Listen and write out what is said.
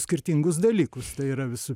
skirtingus dalykus tai yra visų